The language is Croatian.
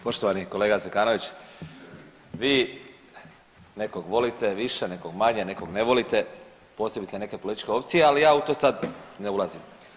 Poštovani kolega Zekanović vi nekog volite više, nekog manje, nekog ne volite, posebice neke političke opcije, ali ja u to sada ne ulazim.